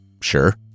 Sure